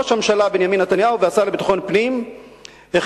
ראש הממשלה בנימין נתניהו והשר לביטחון פנים החליטו